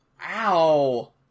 Ow